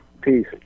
Peace